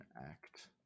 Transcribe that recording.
Act